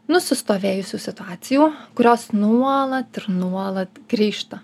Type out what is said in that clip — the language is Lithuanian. nusistovėjusių situacijų kurios nuolat ir nuolat grįžta